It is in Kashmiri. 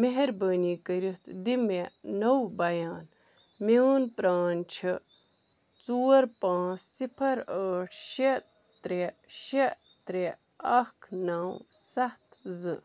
مہربٲنی کٔرِتھ دِ مےٚ نوٚو بیان میون پرٛان چھِ ژور پانٛژھ صِفر ٲٹھ شےٚ ترٛےٚ شےٚ ترٛےٚ اکھ نَو سَتھ زٕ